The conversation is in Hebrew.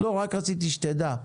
רק רציתי שתדע.